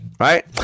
Right